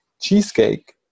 cheesecake